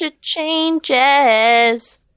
changes